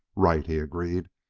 right! he agreed.